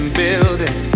building